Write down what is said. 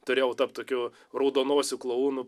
turėjau tapt tokiu raudonosių klounų